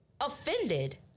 offended